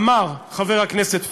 שאמר חבר הכנסת פריג':